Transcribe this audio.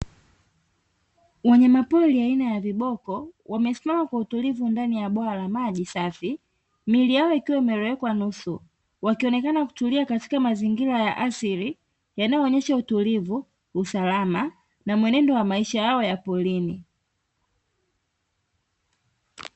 Wanyama pori aina ya viboko, wamesimama kwa utulivu ndani ya bwawa la maji safi miili yao ikiwa imelowekwa nusu, wakionekana kutulia katika mazingira ya asili yanayooonesha utulivu, usalama na mwenendo wa maisha yao ya porini.